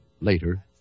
Later